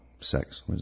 sex